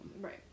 Right